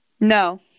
No